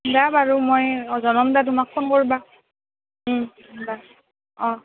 দিয়া বাৰু মই জনাম দিয়া তোমাক ফোন কৰ্বা দিয়া অঁ